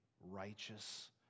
righteous